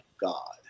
God